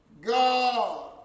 God